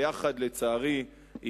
לצערי,